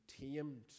tamed